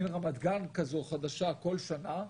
מן רמת גן חדשה בכל שנה,